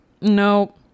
no